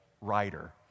writer